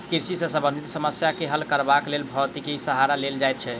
कृषि सॅ संबंधित समस्या के हल करबाक लेल भौतिकीक सहारा लेल जाइत छै